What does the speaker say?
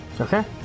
Okay